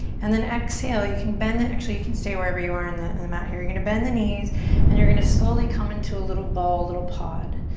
and then exhale, you can bend the, actually, you can stay wherever you are and the and the mat here. you're gonna bend the knees and you're gonna slowly come into a little ball, a little pod.